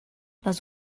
les